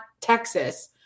Texas